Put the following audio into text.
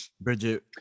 Bridget